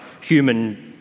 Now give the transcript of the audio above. human